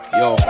yo